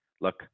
look